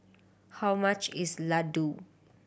how much is Ladoo